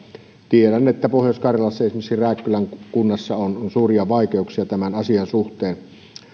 tiedän että pohjois karjalassa esimerkiksi rääkkylän kunnassa on suuria vaikeuksia tämän asian suhteen